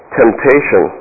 temptation